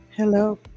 Hello